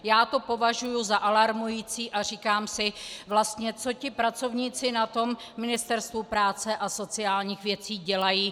Já to považuji za alarmující a říkám si vlastně, co ti pracovníci na tom Ministerstvu práce a sociálních věcí dělají.